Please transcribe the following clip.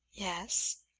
yes.